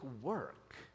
work